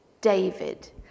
David